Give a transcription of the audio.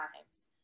times